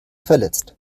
verletzt